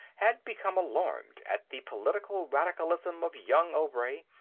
had become alarmed at the political radicalism of young obray,